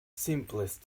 simplest